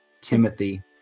Timothy